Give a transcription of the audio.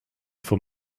for